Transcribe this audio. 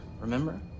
remember